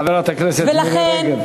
חברת הכנסת מירי רגב.